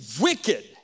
wicked